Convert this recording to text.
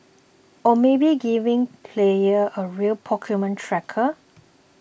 or maybe giving players a real Pokemon tracker